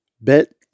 bet